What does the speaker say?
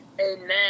amen